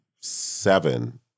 seven